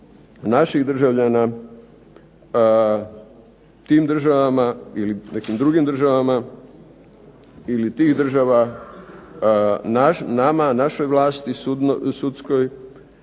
naših državljana, tim državama ili nekim drugim državama, ili tih država nama našoj vlasti sudskoj